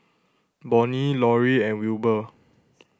Bonnie Lauri and Wilbur